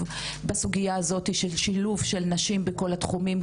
בסוגייה הזאת של שילוב של נשים בכל התחומים.